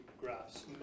graphs